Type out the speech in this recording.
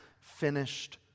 finished